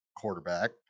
quarterback